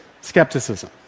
skepticism